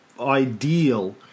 ideal